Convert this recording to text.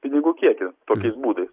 pinigų kiekį tokiais būdais